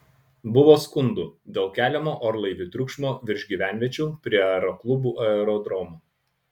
buvo skundų dėl keliamo orlaivių triukšmo virš gyvenviečių prie aeroklubų aerodromų